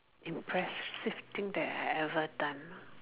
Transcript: impressive thing that I have ever done ah